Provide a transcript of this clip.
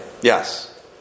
Yes